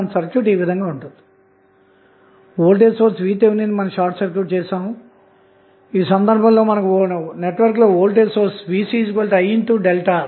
అందుకోసం మళ్ళీ voltage divider circuit లేదా ప్రత్యామ్నాయంగా i2 కి లూప్ సమీకరణం వ్రాస్తే 120v010103i240103i20 i2 120v050103 లభించింది